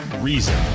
reason